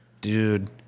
Dude